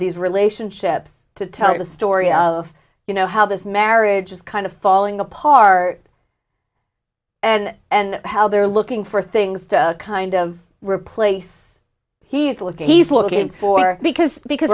these relationships to tell the story of you know how this marriage is kind of falling apart and how they're looking for things to kind of replace he's looking he's looking for because because